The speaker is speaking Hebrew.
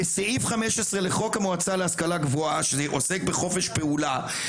בסעיף 15 לחוק המועצה להשכלה הגבוהה שעוסק בחופש פעולה,